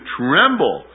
tremble